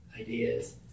ideas